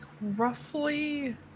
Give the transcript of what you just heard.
roughly